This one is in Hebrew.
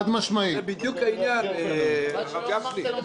זה בדיוק העניין, הרב גפני.